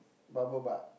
Bubble Butt